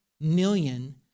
million